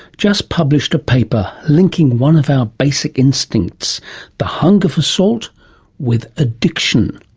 just published a paper linking one of our basic instincts the hunger for salt with addiction.